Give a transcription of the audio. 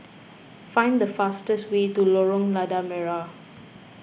find the fastest way to Lorong Lada Merah